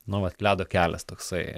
nu vat ledo kelias toksai